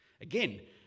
Again